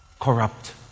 corrupt